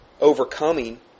overcoming